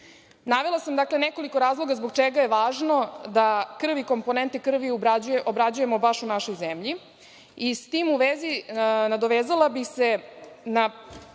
sam nekoliko razloga zbog čega je važno da krvi i komponente krvi obrađujemo baš u našoj zemlji i s tim u vezi nadovezala bih se